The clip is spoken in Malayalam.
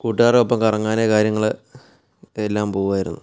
കൂട്ടുകാരോടൊപ്പം കറങ്ങാൻ കാര്യങ്ങൾ എല്ലാം പോകുമായിരുന്നു